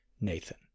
Nathan